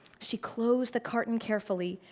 she closed the carton carefully,